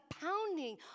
pounding